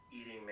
eating